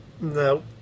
No